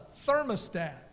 thermostat